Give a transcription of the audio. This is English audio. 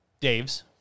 Dave's